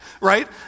right